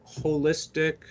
holistic